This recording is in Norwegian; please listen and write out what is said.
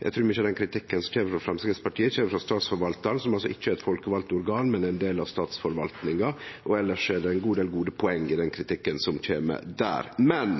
Eg trur mykje av den kritikken som kjem frå Framstegspartiet, kjem i samband med Statsforvaltaren, som altså ikkje er eit folkevalt organ, men ein del av statsforvaltninga. Elles er det ein god del gode poeng i den kritikken som kjem der. Men